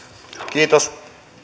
kiitos